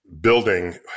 building